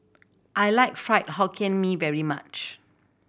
I like Fried Hokkien Mee very much